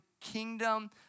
kingdom